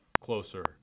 closer